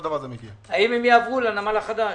האם הם יעברו לנמל החדש?